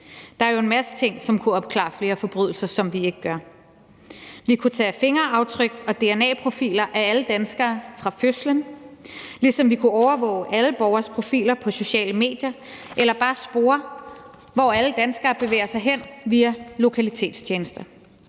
Der er jo en masse ting, som kunne opklare flere forbrydelser, men som vi ikke gør. Vi kunne tage fingeraftryk og dna-profiler af alle danskere fra fødslen, ligesom vi kunne overvåge alle borgeres profiler på sociale medier eller bare spore, hvor alle danskere bevæger sig hen, via lokalitetstjenester.